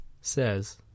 says